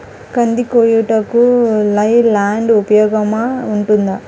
కంది కోయుటకు లై ల్యాండ్ ఉపయోగముగా ఉంటుందా?